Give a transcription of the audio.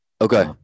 Okay